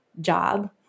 job